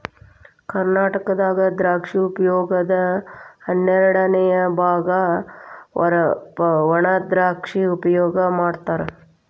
ಕರ್ನಾಟಕದಾಗ ದ್ರಾಕ್ಷಿ ಉಪಯೋಗದ ಹನ್ನೆರಡಅನೆ ಬಾಗ ವಣಾದ್ರಾಕ್ಷಿ ಉಪಯೋಗ ಮಾಡತಾರ